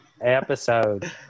episode